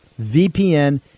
VPN